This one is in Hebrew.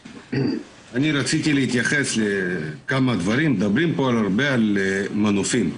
אני רציתי להתייחס לכמה דברים מדברים פה הרבה על מנופים,